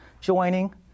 joining